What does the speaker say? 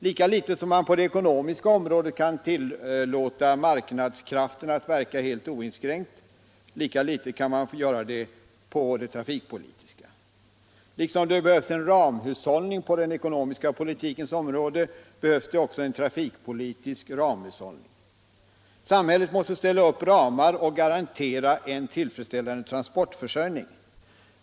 Lika litet som man på det ekonomiska området kan tillåta marknadskrafterna att verka helt oinskränkt. lika litet kan man göra det på det trafikpolitiska området. Liksom det behövs en ramhushållning på den ekonomiska politikens område, behövs det också en trafikpolitisk ramhushållning. Samhället måste ställa upp ramar och garantera en tillfredsställande transportförsörjning.